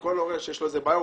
וכל הורה שיש לו איזו בעיה,